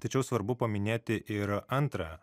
tačiau svarbu paminėti ir antrą